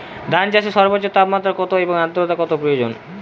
ধান চাষে সর্বোচ্চ তাপমাত্রা কত এবং আর্দ্রতা কত প্রয়োজন?